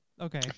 okay